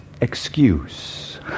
excuse